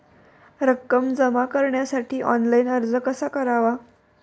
रक्कम जमा करण्यासाठी ऑनलाइन अर्ज कसा करावा?